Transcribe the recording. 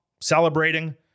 celebrating